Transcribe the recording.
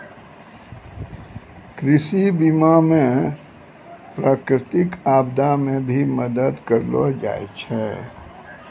कृषि बीमा मे प्रकृतिक आपदा मे भी मदद करलो जाय छै